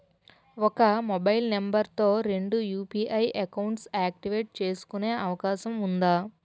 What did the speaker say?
ఒక mobile number తో రెండు యు.పి.ఐ అకౌంట్స్ యాక్టివేట్ చేసుకునే అవకాశం వుందా?